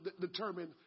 determined